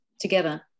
together